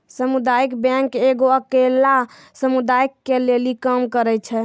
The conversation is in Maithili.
समुदायिक बैंक एगो अकेल्ला समुदाय के लेली काम करै छै